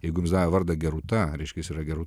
jeigu jums davė vardą gerūta reiškia jis yra gerū